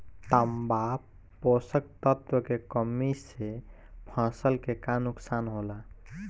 तांबा पोषक तत्व के कमी से फसल के का नुकसान होला?